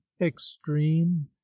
extreme